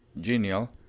genial